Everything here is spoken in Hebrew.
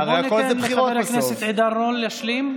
בוא ניתן לחבר הכנסת עידן רול להשלים.